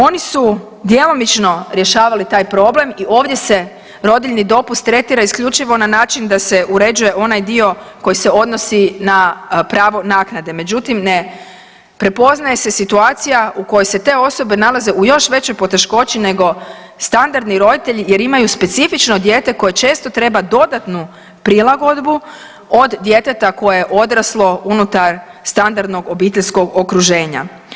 Oni su djelomično rješavali taj problem, i ovdje se rodiljni dopust tretira isključivo na način da se uređuje onaj dio koji se odnosi na pravo naknade, međutim ne prepoznaje se situacija u kojoj se te osobe nalaze u još većoj poteškoći neko standardni roditelji, jer imaju specifično dijete koje često treba dodatnu prilagodbu, od djeteta koje je odraslo unutar standardnog obiteljskog okruženja.